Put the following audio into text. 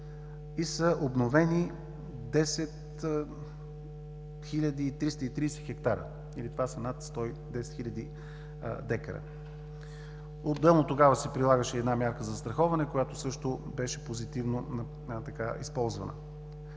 и са обновени 10 330 хектара, това са над 110 хиляди декара. Отделно тогава се прилагаше и една мярка „Застраховане“, която също беше позитивно използвана.